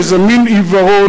באיזה מין עיוורון,